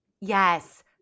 Yes